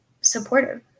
supportive